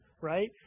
right